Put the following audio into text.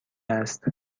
است